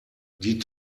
die